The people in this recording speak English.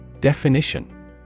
Definition